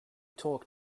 talk